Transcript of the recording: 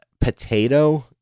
potato